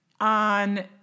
on